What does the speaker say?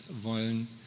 wollen